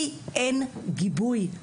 לי אין גיבוי.